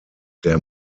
der